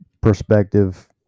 perspective